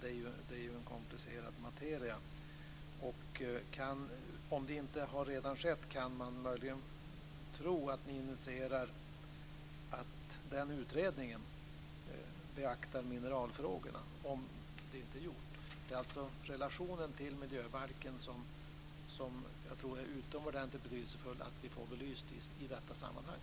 Det är ju en komplicerad materia. Jag tror alltså att det är utomordentligt betydelsefullt att vi får relationen till miljöbalken belyst i detta sammanhang.